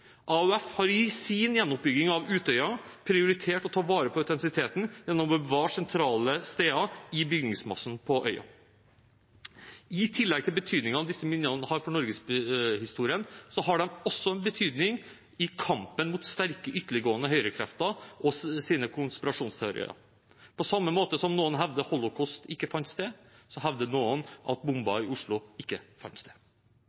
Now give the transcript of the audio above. har i sin gjenoppbygging av Utøya prioritert å ta vare på autentisiteten gjennom å bevare sentrale steder i bygningsmassen på øya. I tillegg til betydningen disse minnene har for norgeshistorien, har de også en betydning i kampen mot sterke, ytterliggående høyrekrefter og deres konspirasjonsteorier. På samme måte som noen hevder holocaust ikke fant sted, hevder noen at bomben i Oslo ikke fant sted.